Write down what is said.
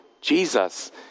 Jesus